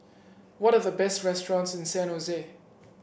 what are the best restaurants in San Jose